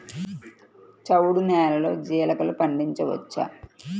చవుడు నేలలో జీలగలు పండించవచ్చా?